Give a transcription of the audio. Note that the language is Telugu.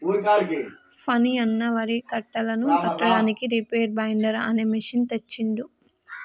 ఫణి అన్న వరి కట్టలను కట్టడానికి రీపేర్ బైండర్ అనే మెషిన్ తెచ్చిండు